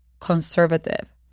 conservative